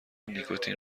نیکوتین